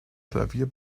klavier